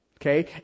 Okay